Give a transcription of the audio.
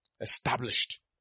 Established